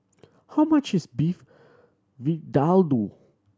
how much is Beef Vindaloo